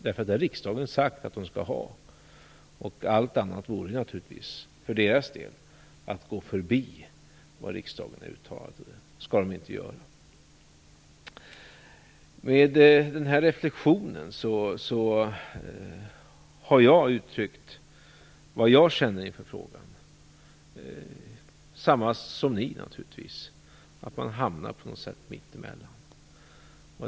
Det har riksdagen sagt att det skall ha. Allt annat vore naturligtvis för dess del att gå förbi var riksdagen har uttalat, och det skall det inte göra. Med den reflexionen har jag uttryckt vad jag känner inför frågan. Det är naturligtvis samma som ni, att man på något sätt hamnar mittemellan.